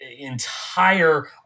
entire